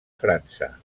frança